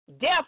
death